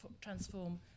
transform